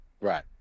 right